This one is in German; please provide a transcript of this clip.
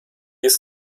ist